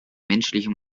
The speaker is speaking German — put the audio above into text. menschliche